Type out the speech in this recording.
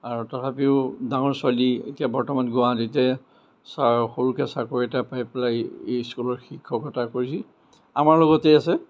আৰু তথাপিও ডাঙৰ ছোৱালী এতিয়া বৰ্তমান গুৱাহাটীতে চাৰ সৰুকৈ চাকৰি এটা পাই পেলাই এই স্কুলৰ শিক্ষকতা কৰিছে আমাৰ লগতেই আছে